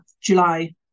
July